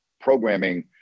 programming